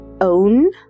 own